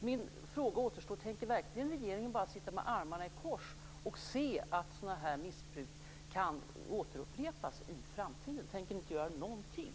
Min fråga återstår: Tänker verkligen regeringen bara sitta med armarna i kors och se att sådana här missbruk kan återupprepas i framtiden? Tänker ni inte göra någonting?